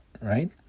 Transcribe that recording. right